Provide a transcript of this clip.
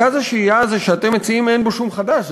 מרכז השהייה הזה שאתם מציעים אין בו שום חדש.